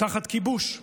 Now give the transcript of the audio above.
תחת כיבוש,